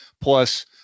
plus